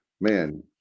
man